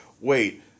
wait